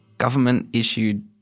Government-issued